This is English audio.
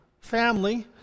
Family